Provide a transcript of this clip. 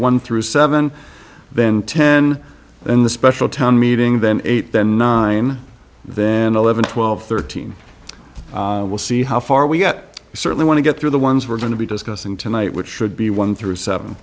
one through seven then ten in the special town meeting then eight then then eleven twelve thirteen we'll see how far we get certainly want to get through the ones we're going to be discussing tonight which should be one through seven